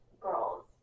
girls